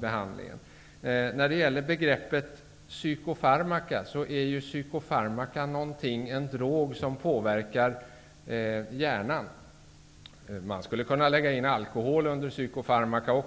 behandling. När det gäller begreppet psykofarmaka, är detta en drog som påverkar hjärnan. Man skulle också kunna räkna in alkohol under psykofarmaka.